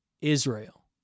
Israel